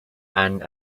and